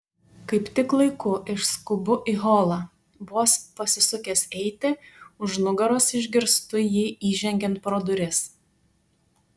kaip tik laiku išskubu į holą vos pasisukęs eiti už nugaros išgirstu jį įžengiant pro duris